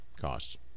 costs